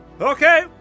Okay